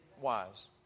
wise